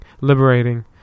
liberating